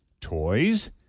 toys